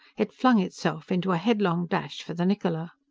it flung itself into a headlong dash for the niccola.